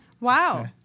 Wow